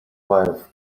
wife